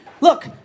look